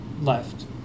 left